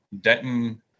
Denton